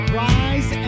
rise